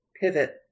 pivot